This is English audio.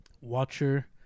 Watcher